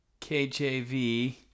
KJV